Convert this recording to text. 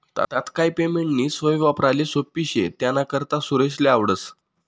तात्काय पेमेंटनी सोय वापराले सोप्पी शे त्यानाकरता सुरेशले आवडस